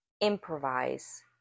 improvise